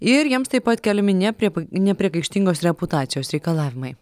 ir jiems taip pat keliami ne prie nepriekaištingos reputacijos reikalavimai